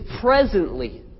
presently